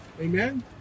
Amen